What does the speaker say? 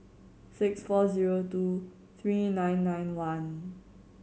six four zero two three nine nine one